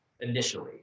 initially